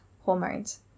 hormones